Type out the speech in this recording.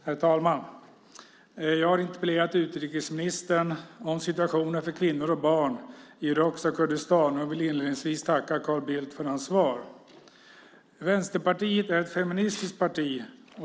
Herr talman! Jag har interpellerat utrikesministern om situationen för kvinnor och barn i irakiska Kurdistan och vill inledningsvis tacka Carl Bildt för svaret. Vänsterpartiet är ett feministiskt parti.